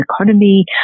Economy